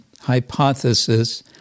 hypothesis